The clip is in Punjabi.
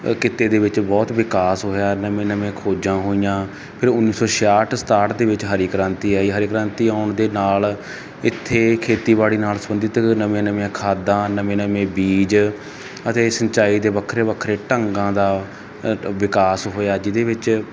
ਕਿੱਤੇ ਦੇ ਵਿੱਚ ਬਹੁਤ ਵਿਕਾਸ ਹੋਇਆ ਨਵੀਆਂ ਨਵੀਆਂ ਖੋਜਾਂ ਹੋਈਆਂ ਫੇਰ ਉੱਨੀ ਸੌ ਛਿਆਟ ਸਤਾਟ ਦੇ ਵਿੱਚ ਹਰੀ ਕ੍ਰਾਂਤੀ ਆਈ ਹਰੀ ਕ੍ਰਾਂਤੀ ਆਉਣ ਦੇ ਨਾਲ ਇੱਥੇ ਖੇਤੀਬਾੜੀ ਨਾਲ ਸਬੰਧਿਤ ਨਵੀਆਂ ਨਵੀਆਂ ਖਾਦਾਂ ਨਵੇਂ ਨਵੇਂ ਬੀਜ ਅਤੇ ਸਿੰਚਾਈ ਦੇ ਵੱਖਰੇ ਵੱਖਰੇ ਢੰਗਾਂ ਦਾ ਵਿਕਾਸ ਹੋਇਆ ਜਿਹਦੇ ਵਿੱਚ